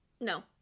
No